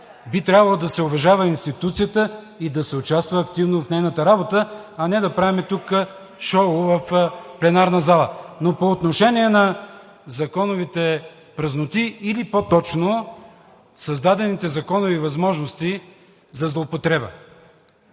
Би трябвало да се уважава институцията и да се участва активно в нейната работа, а не да правим шоу тук, в пленарната зала. По отношение на законовите празноти или по-точно създадените законови възможности за злоупотреба.